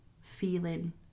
feeling